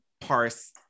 parse